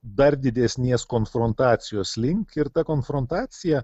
dar didesnės konfrontacijos link ir ta konfrontacija